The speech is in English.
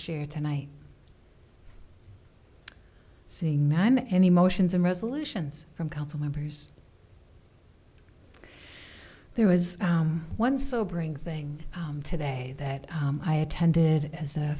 share tonight seeing man any motions and resolutions from council members there was one sobering thing today that i attended as a